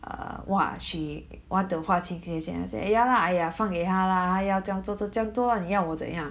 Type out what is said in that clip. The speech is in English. err !wah! she want to 划清界限 then I say ya lah 哎呀放给她啦她要这样做就这样做哦你要我怎样